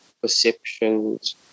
perceptions